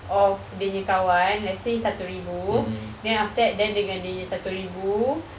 of dia punya kawan let's say satu ribu then after that dengan dia punya satu ribu